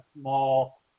small